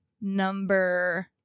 number